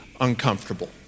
uncomfortable